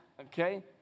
Okay